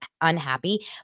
unhappy